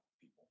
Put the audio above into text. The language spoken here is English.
people